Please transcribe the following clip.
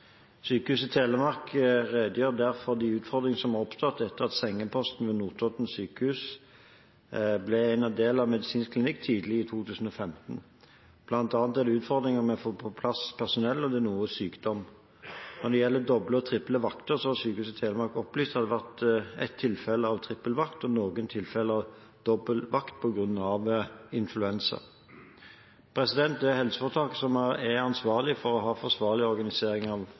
Telemark redegjør der for de utfordringer som har oppstått etter at sengeposten ved Notodden sykehus ble en del av medisinsk klinikk tidlig i 2015. Blant annet er det utfordringer med å få på plass personell, og det er noe sykdom. Når det gjelder doble og triple vakter, har Sykehuset Telemark opplyst at det har vært ett tilfelle av trippel vakt og noen tilfeller av dobbel vakt på grunn av influensa. Det er helseforetaket som er ansvarlig for å ha forsvarlig